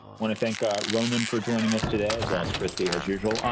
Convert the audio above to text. want to thank ronan for joining us today, as well as christy, as usual.